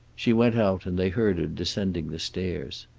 she went out, and they heard her descending the stairs.